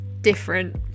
different